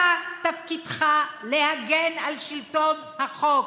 תפקידך להגן על שלטון החוק,